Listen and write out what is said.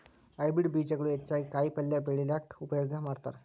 hybrid ಬೇಜಗಳು ಹೆಚ್ಚಾಗಿ ಕಾಯಿಪಲ್ಯ ಬೆಳ್ಯಾಕ ಉಪಯೋಗ ಮಾಡತಾರ